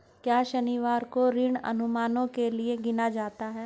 क्या शनिवार को ऋण अनुमानों के लिए गिना जाता है?